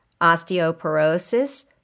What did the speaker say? osteoporosis